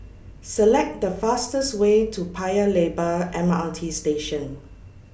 Select The fastest Way to Paya Lebar M R T Station